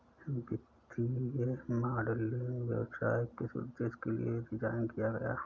वित्तीय मॉडलिंग व्यवसाय किस उद्देश्य के लिए डिज़ाइन किया गया है?